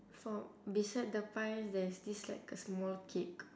for beside the pie there is this like a small cake